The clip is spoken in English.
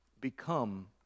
become